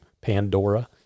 Pandora